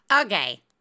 Okay